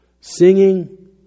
Singing